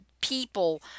people